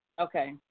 Okay